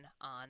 on